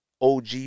og